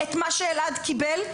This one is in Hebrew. את מה שאלעד קיבל.